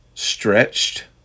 stretched